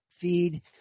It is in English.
feed